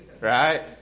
right